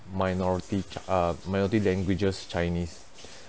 minority uh minority languages chinese